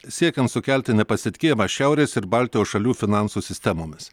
siekiant sukelti nepasitikėjimą šiaurės ir baltijos šalių finansų sistemomis